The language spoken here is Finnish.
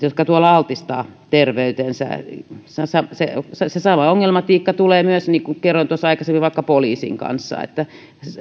jotka tuolla altistavat terveytensä se se sama ongelmatiikka tulee myös niin kuin kerroin tuossa aikaisemmin vaikka poliisin kanssa